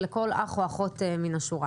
ולאחר מכן תקבלו את ההחלטה.